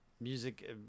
Music